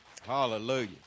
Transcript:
Hallelujah